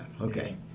Okay